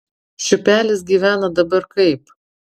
šiupelis gyvena dabar kaip